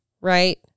right